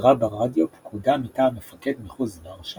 שודרה ברדיו פקודה מטעם מפקד מחוז ורשה